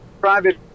Private